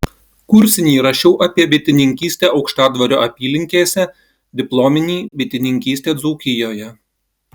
kursinį rašiau apie bitininkystę aukštadvario apylinkėse diplominį bitininkystę dzūkijoje